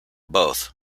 both